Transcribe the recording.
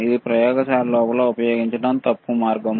ఇలా ప్రయోగశాల లోపల ఉపయోగించడం తప్పు మార్గం